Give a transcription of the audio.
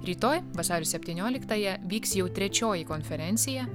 rytoj vasario septynioliktąją vyks jau trečioji konferencija